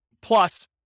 plus